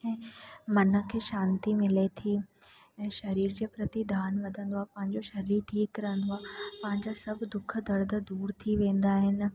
ऐं मन खे शांती मिले थी ऐं शरीर जे प्रति ध्यानु वधंदो आहे पंहिंजो शरीर ठीकु रहंदो आहे पंहिंजा सभु दुख दर्द दूरि थी वेंदा आहिनि